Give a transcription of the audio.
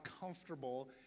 comfortable